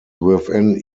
within